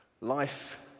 Life